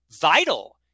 vital